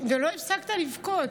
ולא הפסקת לבכות.